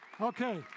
Okay